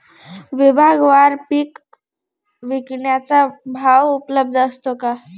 विभागवार पीक विकण्याचा भाव उपलब्ध असतो का?